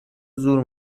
زور